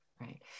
Right